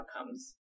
outcomes